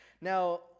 Now